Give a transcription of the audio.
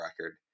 record